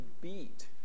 beat